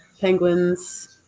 Penguins